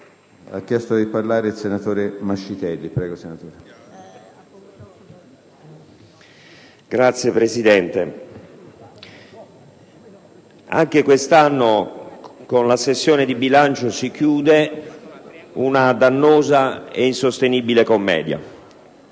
Signor Presidente, anche quest'anno con la sessione di bilancio si chiude una dannosa e insostenibile commedia.